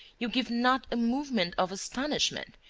you give not a movement of astonishment,